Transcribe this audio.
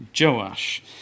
Joash